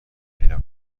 پیدا